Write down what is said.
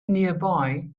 nearby